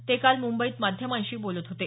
ते काल मुंबईत माध्यमांशी बोलत होते